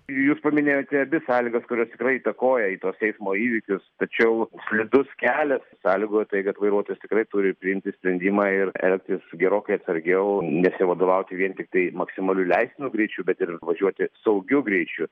jūs paminėjote abi sąlygas kurios tikrai įtakoja ei tuos eismo įvykius tačiau slidus kelias sąlygoja tai kad vairuotojas tikrai turi priimti sprendimą ir elgtis gerokai atsargiau nesivadovauti vien tiktai maksimaliu leistinu greičiu bet ir važiuoti saugiu greičiu